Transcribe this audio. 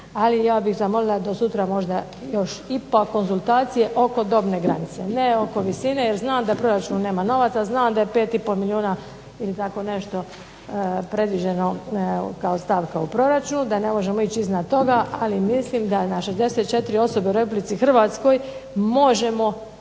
Ali, ja bih zamolila do sutra možda još ipak konzultacije oko dobne granice. Ne oko visine jer znam da proračun nema novaca, znam da je 5,5 milijuna ili tako nešto predviđeno kao stavka u proračunu da ne možemo ići iznad toga, ali mislim da na 64 osobe u RH možemo